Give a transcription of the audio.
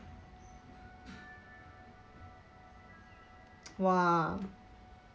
!wah!